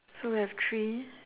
so we have three